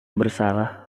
bersalah